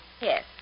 Yes